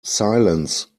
silence